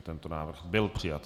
Tento návrh byl přijat.